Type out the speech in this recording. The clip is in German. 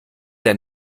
der